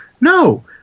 No